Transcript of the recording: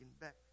back